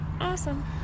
awesome